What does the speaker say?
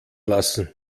lassen